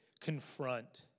confront